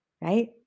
right